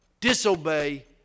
Disobey